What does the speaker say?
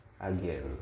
again